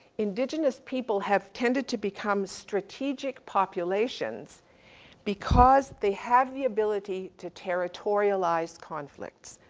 indigenous people have tended to become strategic populations because they have the ability to territorialize conflicts,